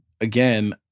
again